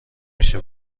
میشه